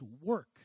work